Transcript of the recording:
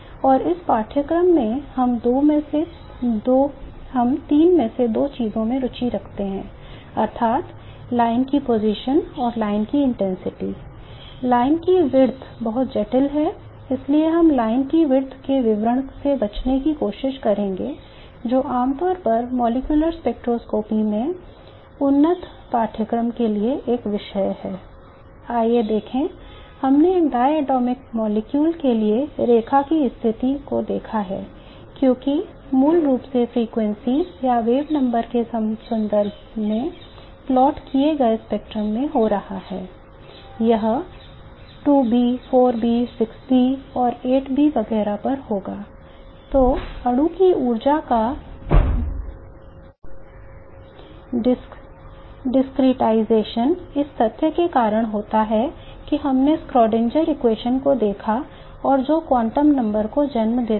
और इस पाठ्यक्रम में हम 3 में से 2 चीजों में रुचि रखते हैं अर्थात् रेखा की स्थिति इस तथ्य के कारण होता है कि हमने श्रोडिंगर समीकरण को देखा और जो क्वांटम संख्या को जन्म देता है